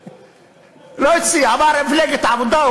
לא הציע, אמר מפלגת העבודה.